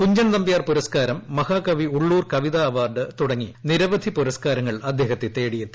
കുഞ്ചൻ നമ്പ്യാർ പുരസ്ക്കാരം മഹാകവി ഉള്ളൂർ കവിതാ അവാർഡ് തുടങ്ങി നിരവധി പുരസ്ക്കാരങ്ങൾ അദ്ദേഹത്തെ തേടിയെത്തി